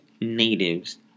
natives